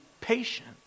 patient